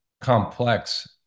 complex